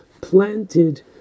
planted